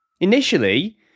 Initially